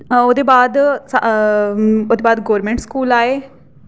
ओह्दे बाद ओह्दे बाद गौरमैंट स्कूल आए